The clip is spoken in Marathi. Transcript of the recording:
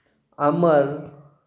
आमर